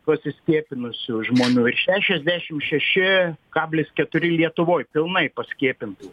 pasiskiepinusių žmonių šešiasdešim šeši kablis keturi lietuvoj pilnai paskiepintų